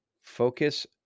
Focus